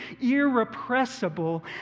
irrepressible